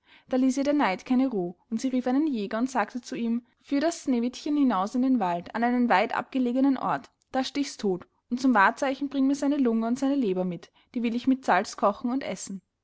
da ließ ihr der neid keine ruhe und sie rief einen jäger und sagte zu ihm führ das sneewittchen hinaus in den wald an einen weiten abgelegenen ort da stichs todt und zum wahrzeichen bring mir seine lunge und seine leber mit die will ich mit salz kochen und essen